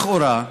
לכאורה,